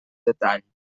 detall